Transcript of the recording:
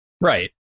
Right